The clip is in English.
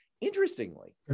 Interestingly